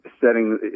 setting